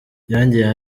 yongeyeho